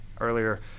earlier